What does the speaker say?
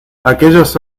aquellos